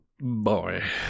Boy